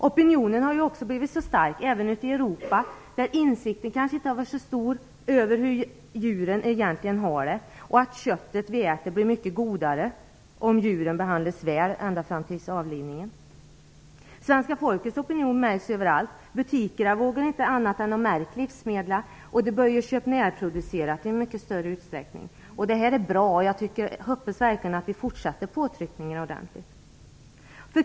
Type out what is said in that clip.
Opinionen har också blivit så stark, även ute i Europa, där insikten kanske tidigare inte varit så stor om hur djuren egentligen har det och att köttet vi äter blir mycket godare om djuren behandlas väl ända fram till avlivningen. Svenska folkets opinion märks över allt. Butikerna vågar inte annat än att märka livsmedlen, och man börjar köpa närproducerat i mycket större utsträckning. Det här är bra, och jag hoppas verkligen att vi fortsätter påtryckningarna ordentligt.